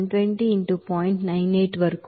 98 వరకు ఉంటుంది